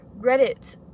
Reddit